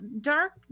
dark